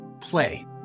play